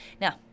Now